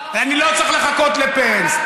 אני לא צריך לחכות לפנס.